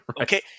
okay